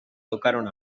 tocaron